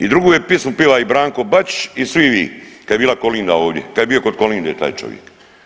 I drugu je pismu piva i Branko Bačić i svi vi kad je bila Kolinda ovdje, kada je bio kod Kolinde taj čovjek.